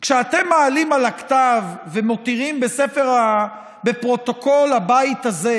כשאתם מעלים על הכתב ומותירים בפרוטוקול הבית הזה,